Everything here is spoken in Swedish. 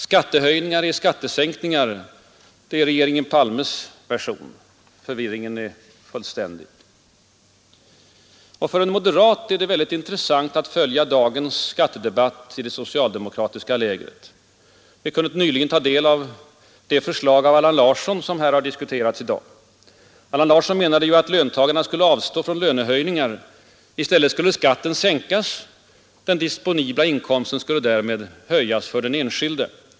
”Skattehöjningar är skattesänkningar” — det är regeringen Palmes version. Förvirringen är fullständig. För en moderat är det intressant att följa dagens skattedebatt i det socialdemokratiska lägret. Vi kunde nyligen ta del av det förslag av Allan Larsson som diskuterats här i dag. Allan Larsson menade att löntagarna skulle avstå från lönehöjningar. I stället skulle skatten sänkas. Den disponibla inkomsten skulle därmed höjas för den enskilde.